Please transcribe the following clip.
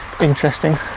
interesting